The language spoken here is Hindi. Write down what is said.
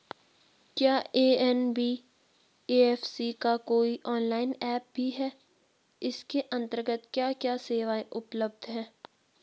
क्या एन.बी.एफ.सी का कोई ऑनलाइन ऐप भी है इसके अन्तर्गत क्या क्या सेवाएँ उपलब्ध हैं?